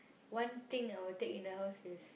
one thing I will take in the house is